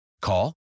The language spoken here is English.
Call